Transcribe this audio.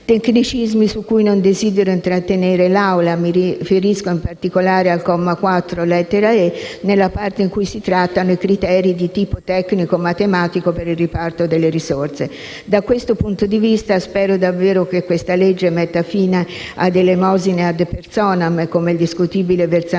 tecnicismi su cui non desidero intrattenere l'Assemblea. Mi riferisco in particolare al comma 4, lettera *e)* nella parte in cui si trattano i criteri di tipo tecnico-matematico per il riparto delle risorse. Da questo punto di vista, spero davvero che questa legge metta fine alle elemosine *ad personam*, come il discutibile versamento